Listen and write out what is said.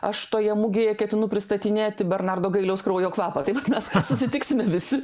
aš toje mugėje ketinu pristatinėti bernardo gailiaus kraujo kvapą tai vat mes susitiksime visi